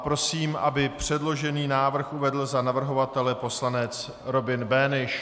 Prosím, aby předložený návrh uvedl za navrhovatele poslanec Robin Böhnisch.